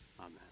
Amen